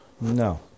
no